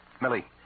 Millie